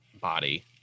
body